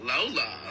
Lola